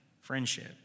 friendship